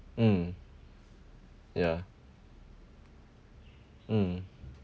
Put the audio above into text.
mm ya mm